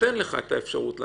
נותן לך את האפשרות לעשות.